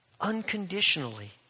unconditionally